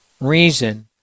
reason